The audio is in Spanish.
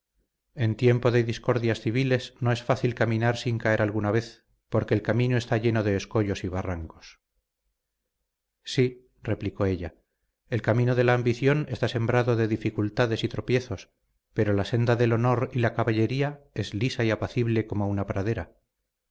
en tiempo de discordias civiles no es fácil caminar sin caer alguna vez porque el camino está lleno de escollos y barrancos sí replicó ella el camino de la ambición está sembrado de dificultades y tropiezos pero la senda del honor y la caballería es lisa y apacible como una pradera